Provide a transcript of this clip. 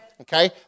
Okay